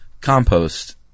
compost